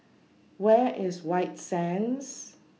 Where IS White Sands